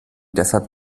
deshalb